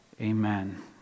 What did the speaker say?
Amen